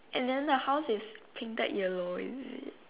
and then the house is printed yellow is it